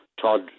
Todd